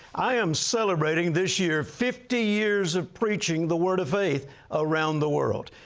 i am celebrating this year fifty years of preaching the word of faith around the world.